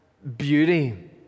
Beauty